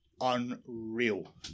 unreal